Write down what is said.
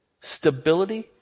stability